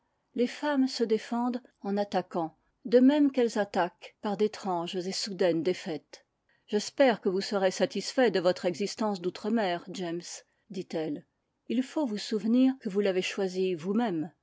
les femmes se défendent en attaquant de même qu'elles attaquent par d'étranges et soudaines défaites j'espère que vous serez satisfait de votre existence d'outre-mer james dit-elle il faut vous souvenir que vous l'avez choisie vous-même